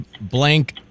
blank